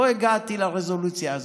לא הגעתי לרזולוציה הזאת.